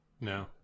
no